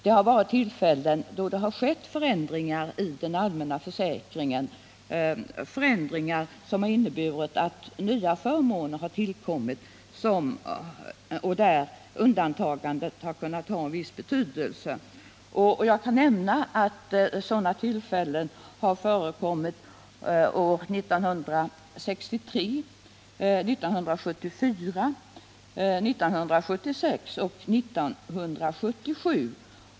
Så har varit fallet då det i den allmänna försäkringen har genomförts förändringar som har inneburit att nya förmåner har tillkommit, där undantagandet kunnat ha en viss betydelse. Sådana erbjudanden har gjorts åren 1963, 1974, 1976 och 1977.